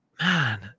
man